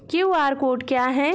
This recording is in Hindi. क्यू.आर कोड क्या है?